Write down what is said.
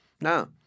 Now